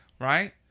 Right